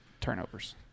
turnovers